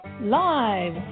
Live